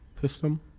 system